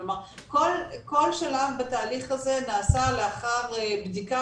כלומר כל שלב בתהליך הזה נעשה לאחר בדיקה